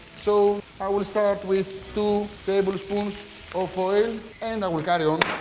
so, i will start with two tablespoons of oil and i will carry on,